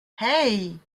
hey